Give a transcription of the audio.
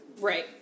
right